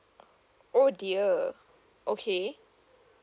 oh dear okay